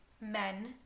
men